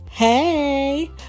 Hey